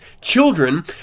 children